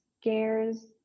scares